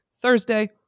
Thursday